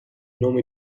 nome